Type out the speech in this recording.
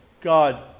God